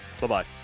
Bye-bye